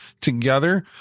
together